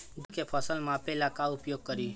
धान के फ़सल मापे ला का उपयोग करी?